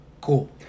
cool